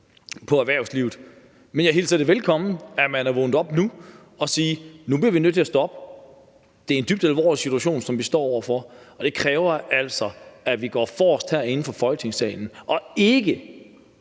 øgede afgifter, men jeg hilser velkommen, at man er vågnet op nu og siger: Nu bliver vi nødt til at stoppe. Det er en dybt alvorlig situation, som vi står over for, og det kræver altså, at vi går forrest herinde fra Folketingets side og ikke